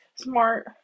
smart